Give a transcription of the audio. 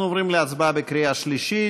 אנחנו עוברים להצבעה בקריאה שלישית.